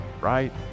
right